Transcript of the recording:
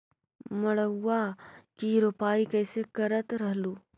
मड़उआ की रोपाई कैसे करत रहलू?